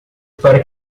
para